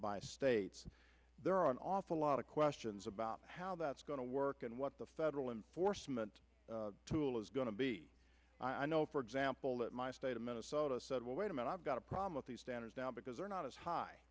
the states there are an awful lot of questions about how that's going to work and what the federal and for cement tool is going to be i know for example that my state of minnesota said well wait a minute i've got a problem with these standards now because they're not as high